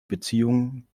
beziehungen